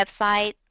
website